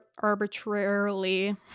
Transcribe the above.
arbitrarily